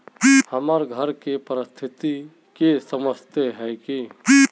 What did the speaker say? हमर घर के परिस्थिति के समझता है की?